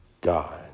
God